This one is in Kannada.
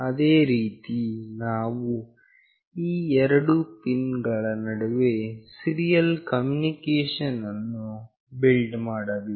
ಅದೇ ರೀತಿ ನಾವು ಈ ಎರಡು ಪಿನ್ ಗಳ ನಡುವೆ ಸೀರಿಯಲ್ ಕಮ್ಯುನಿಕೇಶನ್ ಅನ್ನು ಬಿಲ್ಡ್ ಮಾಡಬೇಕು